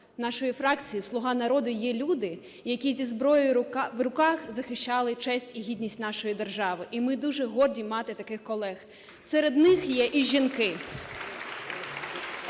нашої фракції "Слуга народу" є люди, які зі зброєю в руках захищали честь і гідність нашої держави. І ми дуже горді мати таких колег. Серед них є і жінки.